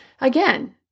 Again